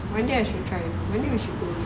one day I should try also maybe we should go